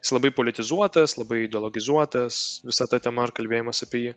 jis labai politizuotas labai ideologizuotas visa ta tema ir kalbėjimas apie jį